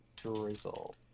drizzle